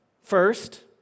First